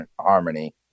harmony